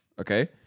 Okay